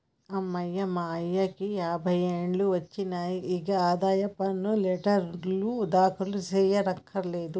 అమ్మయ్య మా అయ్యకి డబ్బై ఏండ్లు ఒచ్చినాయి, ఇగ ఆదాయ పన్ను రెటర్నులు దాఖలు సెయ్యకర్లేదు